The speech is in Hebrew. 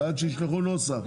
ועד שישלחו נוסח,